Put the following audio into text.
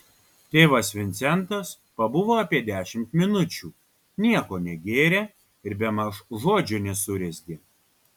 tėvas vincentas pabuvo apie dešimt minučių nieko negėrė ir bemaž žodžio nesurezgė